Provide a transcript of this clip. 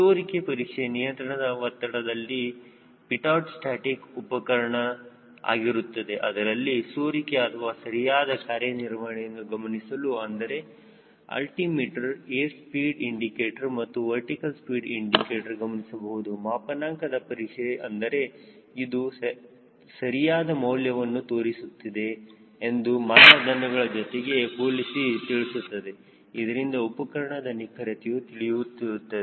ಸೋರಿಕೆ ಪರೀಕ್ಷೆ ನಿಯಂತ್ರಣದ ಒತ್ತಡದಲ್ಲಿನ ಪೀಟಟ್ ಸ್ಟ್ಯಾಟಿಕ್ ಉಪಕರಣ ಆಗಿರುತ್ತದೆ ಅದರಲ್ಲಿ ಸೋರಿಕೆ ಅಥವಾ ಸರಿಯಾದ ಕಾರ್ಯನಿರ್ವಹಣೆಯನ್ನು ಗಮನಿಸಲು ಅಂದರೆ ಅಲ್ಟಿಮೀಟರ್ ಏರ್ ಸ್ಪೀಡ್ ಇಂಡಿಕೇಟರ್ ಮತ್ತು ವರ್ಟಿಕಲ್ ಸ್ಪೀಡ್ ಇಂಡಿಕೇಟರ್ ಗಮನಿಸಬೇಕುಮಾಪನಾಂಕದ ಪರೀಕ್ಷೆ ಅಂದರೆ ಇದು ಸರಿಯಾದ ಮೌಲ್ಯವನ್ನು ತೋರಿಸುತ್ತಿದೆ ಎಂದು ಮಾನದಂಡದ ಜೊತೆಗೆ ಹೋಲಿಸಿ ತಿಳಿಸುತ್ತದೆ ಇದರಿಂದ ಉಪಕರಣದ ನಿಖರತೆಯು ತಿಳಿಯುತ್ತದೆ